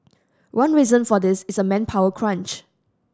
one reason for this is a manpower crunch